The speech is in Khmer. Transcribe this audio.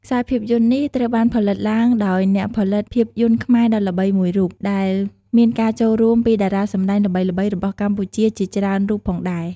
ខ្សែភាពយន្តនេះត្រូវបានផលិតឡើងដោយអ្នកផលិតភាពយន្តខ្មែរដ៏ល្បីមួយរូប ដែលមានការចូលរួមពីតារាសម្តែងល្បីៗរបស់កម្ពុជាជាច្រើនរូបផងដែរ ។